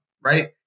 right